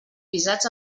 visats